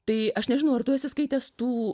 tai aš nežinau ar tu esi skaitęs tų